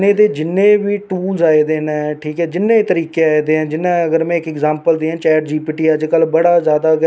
किसे गल्ला बिच बी हर जगह साढ़ा बंदा जेहके मतलब कि लोक बंडोई जंदे पर इस बारी असें मतलब कि इब्भी मसूस होआ दा कि लोक